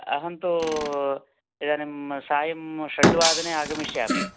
अहं तु इदानीं सायं षड्वादने आगमिष्यामि